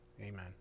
Amen